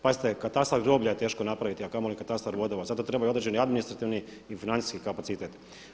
Pazite, katastar groblja je teško napraviti, a kamoli katastar vodova, za to treba određeni administrativni i financijski kapacitete.